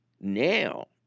now